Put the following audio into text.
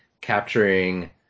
capturing